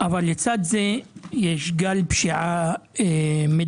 אבל לצד זה יש גל פשיעה מתגבר,